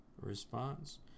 response